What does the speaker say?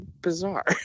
bizarre